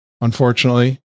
unfortunately